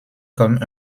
comme